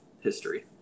history